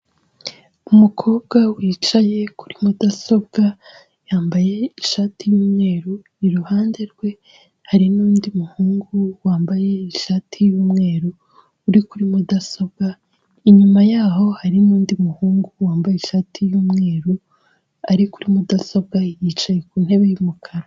Umukobwa wicaye kuri mudasobwa, yambaye ishati y'umweru, iruhande rwe hari n'undi muhungu wambaye ishati y'umweru uri kuri mudasobwa, inyuma yaho hari n'undi muhungu wambaye ishati y'umweru ari kuri mudasobwa yicaye ku ntebe y'umukara.